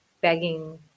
begging